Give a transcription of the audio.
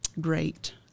great